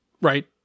right